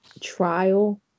trial